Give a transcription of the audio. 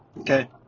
Okay